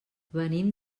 venim